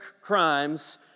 crimes